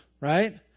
right